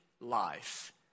life